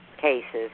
cases